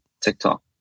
tiktok